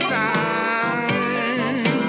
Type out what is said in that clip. time